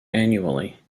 annually